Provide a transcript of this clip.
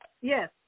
Yes